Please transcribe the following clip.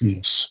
Yes